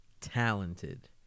talented